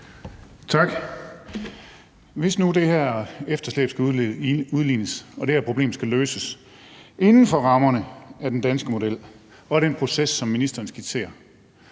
Hvis nu det her efterslæb skal udlignes og det her problem skal løses inden for rammerne af den danske model og den proces, som ministeren skitserer,